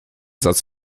satz